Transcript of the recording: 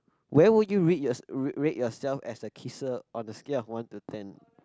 where would you rate your~ rate yourself as a kisser on a scale of one to ten